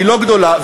לא גדולה.